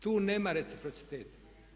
Tu nema reciprociteta.